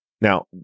Now